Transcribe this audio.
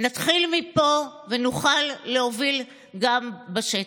נתחיל מפה ונוכל להוביל שוויון מגדרי גם בשטח.